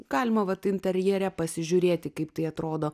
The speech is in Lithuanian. galima vat interjere pasižiūrėti kaip tai atrodo